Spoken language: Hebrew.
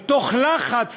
מתוך לחץ,